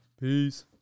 Peace